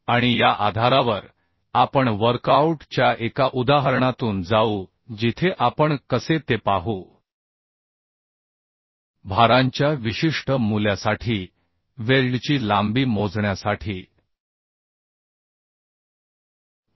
आणि या आधारावर आपण वर्कआऊट च्या एका उदाहरणातून जाऊ जिथे आपण भारांच्या विशिष्ट मूल्यासाठी वेल्डची लांबी मोजण्यासाठी कसे ते पाहू